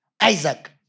Isaac